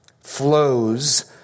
flows